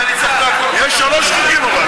למה אני מזכיר, אני אסביר מה קרה.